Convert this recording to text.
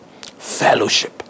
Fellowship